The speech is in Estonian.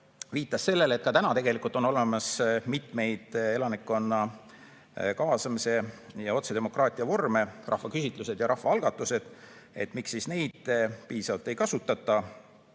viitas sellele, et ka täna on olemas mitmeid elanikkonna kaasamise ja otsedemokraatia vorme, rahvaküsitlused ja rahvaalgatused. Miks siis neid piisavalt ei kasutata?